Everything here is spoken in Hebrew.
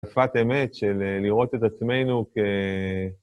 אמת של לראות את עצמנו כ...